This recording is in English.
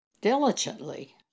diligently